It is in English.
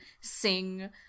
sing